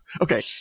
Okay